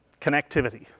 connectivity